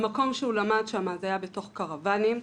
המקום שהוא למד היה בתוך קרוונים.